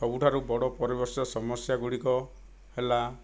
ସବୁଠାରୁ ବଡ଼ ପରିବେଶ ସମସ୍ୟାଗୁଡ଼ିକ ହେଲା